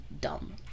Dumb